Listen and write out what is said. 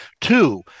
Two